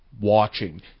watching